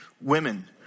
women